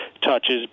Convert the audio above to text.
touches